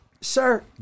Sir